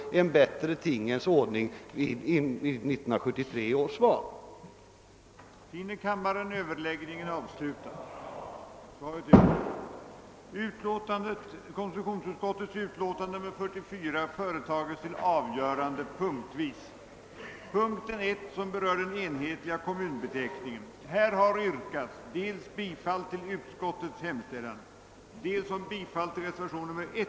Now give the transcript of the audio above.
Som tiden nu var långt framskriden beslöt kammaren på förslag av herr andre vice talmannen att uppskjuta behandlingen av återstående på föredragningslistan upptagna ärenden till morgondagens sammanträde.